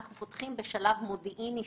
אנחנו פותחים במהלך מודיעיני,